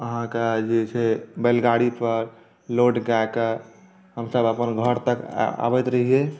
अहाँके जे छै बैलगाड़ी पर लोड कए कऽ हमसभ अपन घर तक आबैत रहियै